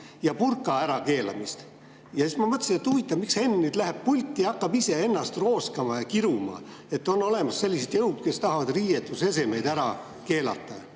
ja burka ärakeelamist. Ja siis ma mõtlesin, et huvitav, miks Henn läks nüüd pulti ja hakkas iseennast rooskama ja kiruma, et on olemas sellised jõud, kes tahavad riietusesemeid ära keelata.